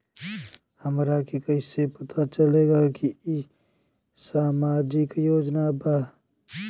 हमरा के कइसे पता चलेगा की इ सामाजिक योजना बा?